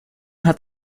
hat